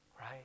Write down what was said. right